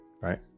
right